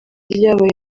ryabaye